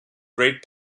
great